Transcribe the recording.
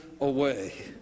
away